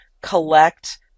collect